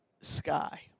sky